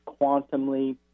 quantumly